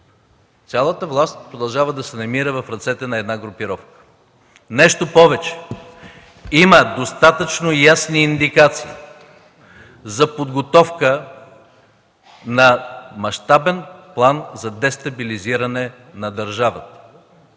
Цялата власт продължава да се намира в ръцете на една групировка. Нещо повече, има достатъчно ясни индикации за подготовка на мащабен план за дестабилизиране на държавата